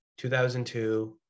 2002